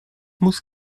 muss